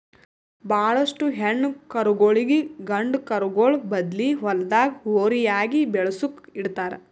ಭಾಳೋಷ್ಟು ಹೆಣ್ಣ್ ಕರುಗೋಳಿಗ್ ಗಂಡ ಕರುಗೋಳ್ ಬದ್ಲಿ ಹೊಲ್ದಾಗ ಹೋರಿಯಾಗಿ ಬೆಳಸುಕ್ ಇಡ್ತಾರ್